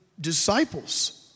disciples